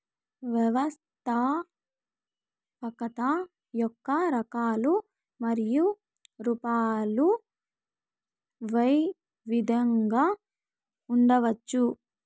వ్యవస్థాపకత యొక్క రకాలు మరియు రూపాలు వైవిధ్యంగా ఉండవచ్చు